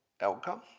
outcome